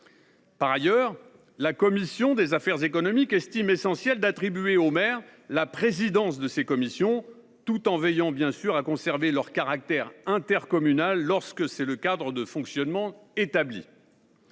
Par ailleurs, la commission des affaires économiques estime essentiel d’attribuer aux maires la présidence de ces commissions, tout en veillant à conserver leur caractère intercommunal, lorsque c’est le cadre de fonctionnement établi.